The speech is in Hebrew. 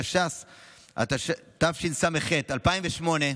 התשס"ח 2008,